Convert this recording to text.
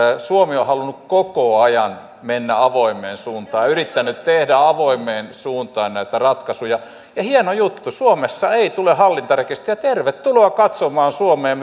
suomi on halunnut koko ajan mennä avoimeen suuntaan ja yrittänyt tehdä avoimeen suuntaan näitä ratkaisuja ja hieno juttu suomessa ei tule hallintarekisteriä tervetuloa katsomaan suomeen